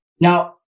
Now